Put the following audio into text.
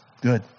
good